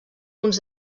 punts